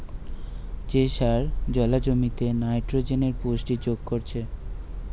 যে সার জোলা জমিতে নাইট্রোজেনের পুষ্টি যোগ করছে